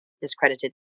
discredited